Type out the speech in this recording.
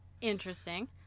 Interesting